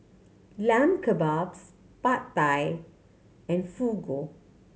Lamb Kebabs Pad Thai and Fugu